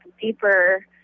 deeper